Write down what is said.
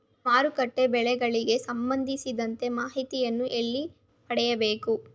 ಮಾರುಕಟ್ಟೆ ಬೆಲೆಗಳಿಗೆ ಸಂಬಂಧಿಸಿದಂತೆ ಮಾಹಿತಿಯನ್ನು ಎಲ್ಲಿ ಪಡೆಯಬೇಕು?